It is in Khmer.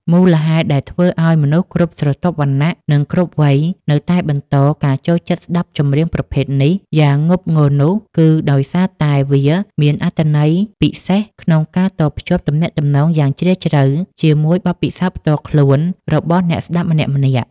មូលហេតុដែលធ្វើឱ្យមនុស្សគ្រប់ស្រទាប់វណ្ណៈ និងគ្រប់វ័យ នៅតែបន្តការចូលចិត្តស្ដាប់ចម្រៀងប្រភេទ នេះ យ៉ាងងប់ងុលនោះ គឺដោយសារតែវាមានសមត្ថភាពពិសេសក្នុងការតភ្ជាប់ទំនាក់ទំនងយ៉ាងជ្រាលជ្រៅជាមួយបទពិសោធន៍ផ្ទាល់ខ្លួនរបស់អ្នកស្ដាប់ម្នាក់ៗ។